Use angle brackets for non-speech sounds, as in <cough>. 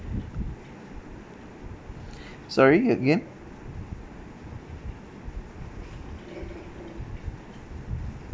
<breath> sorry again